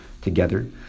together